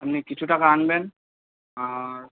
আপনি কিছু টাকা আনবেন আর